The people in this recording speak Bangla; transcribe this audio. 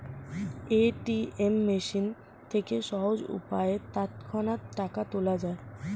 এ.টি.এম মেশিন থেকে সহজ উপায়ে তৎক্ষণাৎ টাকা তোলা যায়